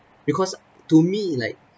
because to me like